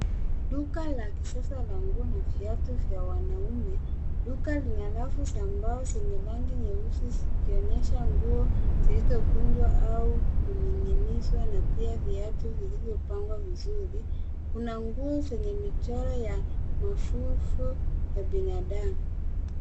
Duka la kisasa la nguo na viatu vya wanaume. Duka lina rafu za mbao zenye rangi nyeusi zikionyesha nguo zilizokunjwa au kuning'inizwa na pia viatu vilivyopangwa vizuri. Kuna nguo zenye michoro ya mafuvu ya binadamu.